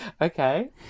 Okay